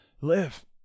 live